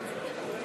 אפשר?